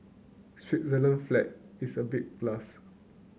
Switzerland flag is a big plus